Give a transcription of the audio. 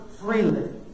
freely